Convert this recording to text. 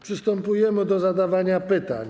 Przystępujemy do zadawania pytań.